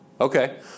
Okay